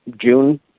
June